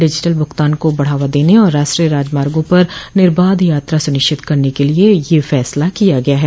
digital भूगतान को बढ़ावा देने और राष्ट्रीय राजमार्गों पर निर्बाध यात्रा सुनिश्चित करने के लिए यह फैसला किया गया है